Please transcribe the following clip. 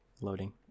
loading